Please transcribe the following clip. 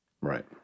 right